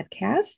Podcast